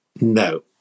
No